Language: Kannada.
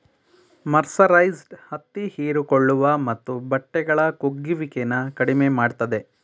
ಮರ್ಸರೈಸ್ಡ್ ಹತ್ತಿ ಹೀರಿಕೊಳ್ಳುವ ಮತ್ತು ಬಟ್ಟೆಗಳ ಕುಗ್ಗುವಿಕೆನ ಕಡಿಮೆ ಮಾಡ್ತದೆ